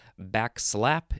backslap